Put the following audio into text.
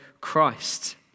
Christ